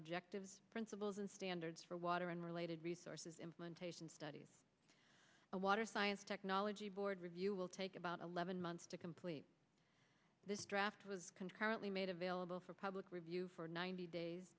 objectives principles and standards for water and related resources implementation studies and water science technology board review will take about eleven months to complete this draft was concurrently made available for public review for ninety days